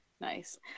Nice